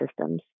systems